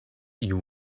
you